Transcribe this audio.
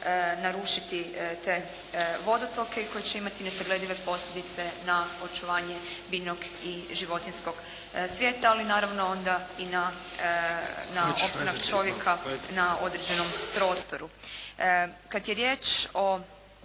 narušiti te vodotoke i koje će imati nesagledive posljedice na očuvanje biljnog i životinjskog svijeta. Ali naravno onda i na, na … /Govornik se ne razumije./ … čovjeka na određenom prostoru. Kad je riječ o